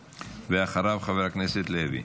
אחריו, חבר הכנסת לוי.